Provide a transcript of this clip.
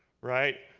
right.